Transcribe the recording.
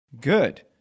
Good